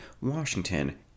Washington